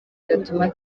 gatuma